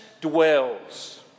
dwells